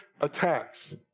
attacks